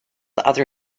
other